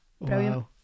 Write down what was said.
brilliant